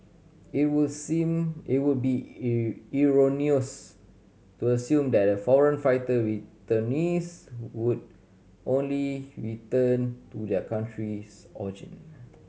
it will seem it would be erroneous to assume that foreign fighter returnees would only return to their countries